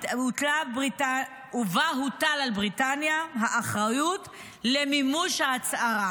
ובה הוטלה על בריטניה האחריות למימוש ההצהרה